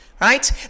right